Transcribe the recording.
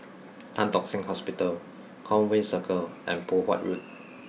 Tan Tock Seng Hospital Conway Circle and Poh Huat Road